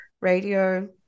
radio